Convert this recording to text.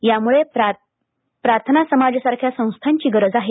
त्यामुळे प्रार्थना समाज सारख्या संस्थांची गरज आहे